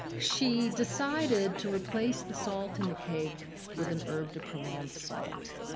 she decided to replace the salt in the cake with an herbes de provence salt,